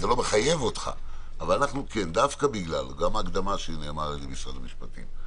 גם ההקדמה שנאמרה על ידי משרד המשפטים,